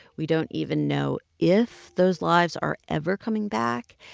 we don't even know if those lives are ever coming back,